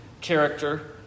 character